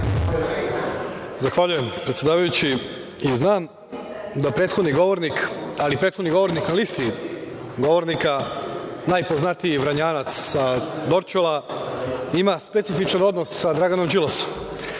Zahvaljujem, predsedavajući. Znam da prethodni govornik, ali prethodni govornik na listi govornika, najpoznatiji Vranjanac sa Dorćola, ima specifičan odnos sa Draganom Đilasom.